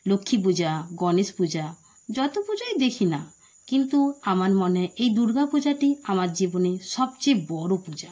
লক্ষ্মী পূজা গণেশ পূজা যত পুজোই দেখি না কিন্তু আমার মনে এই দুর্গাপূজাটি আমার জীবনের সবচেয়ে বড় পূজা